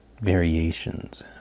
variations